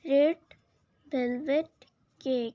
red velvet cake